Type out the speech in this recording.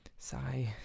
Sigh